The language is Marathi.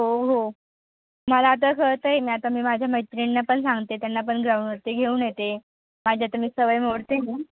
हो हो मला आता कळत आहे ना आता मी माझ्या मैत्रीणीना पण सांगते त्यांना पण ग्राउंडवरती घेऊन येते माझी आता मी सवय मोडते ना